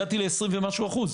הגעתי ל-20 ומשהו אחוז.